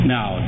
Now